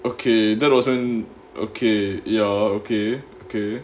okay that wasn't okay ya okay okay